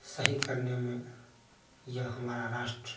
सही करने में या हमारा राष्ट्र